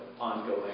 ongoing